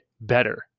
better